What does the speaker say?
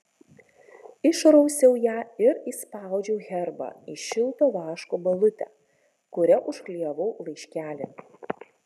išrausiau ją ir įspaudžiau herbą į šilto vaško balutę kuria užklijavau laiškelį